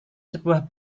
sebuah